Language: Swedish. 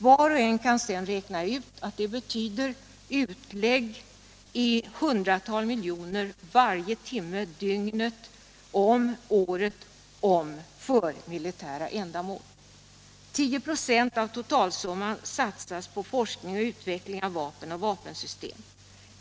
Var och en kan räkna ut att det betyder utlägg av hundratals miljoner kronor varje timme dygnet om året om för militära ändamål. 10 26 av totalsumman satsas på forskning och utveckling av vapen och vapensystem.